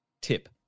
tip